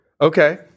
okay